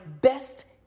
best